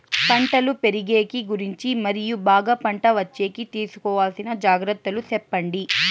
పంటలు పెరిగేకి గురించి మరియు బాగా పంట వచ్చేకి తీసుకోవాల్సిన జాగ్రత్త లు సెప్పండి?